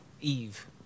Eve